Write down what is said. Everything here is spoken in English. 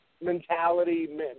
mentality